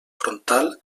frontal